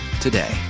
today